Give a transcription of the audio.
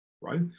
right